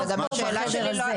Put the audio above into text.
לא פה בחדר הזה.